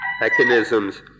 mechanisms